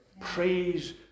Praise